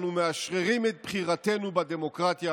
אנחנו מאשררים את בחירתנו בדמוקרטיה